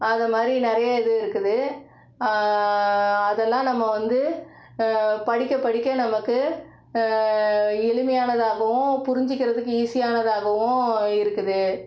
அது மாதிரி நிறையா இது இருக்குது அதெல்லாம் நம்ம வந்து படிக்க படிக்க நமக்கு எளிமையானதாகவும் புரிஞ்சுக்கிறதுக்கு ஈஸியானதாகவும் இருக்குது